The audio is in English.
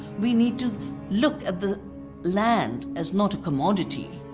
we need to look at the land as not a commodity,